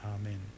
Amen